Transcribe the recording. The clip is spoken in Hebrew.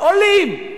עולים.